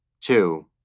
Two